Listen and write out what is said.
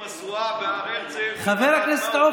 חברי הכנסת,